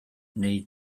neu